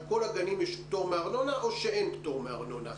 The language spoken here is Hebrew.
על כל הגנים יש פטור מארנונה או שאין פטור מארנונה?